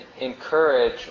encourage